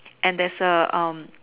and there is a um